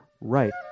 right